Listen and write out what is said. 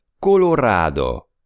colorado